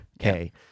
Okay